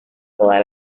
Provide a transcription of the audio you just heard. toda